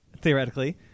theoretically